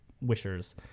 Wishers